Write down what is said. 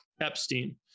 Epstein